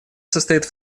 состоит